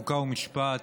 חוק ומשפט.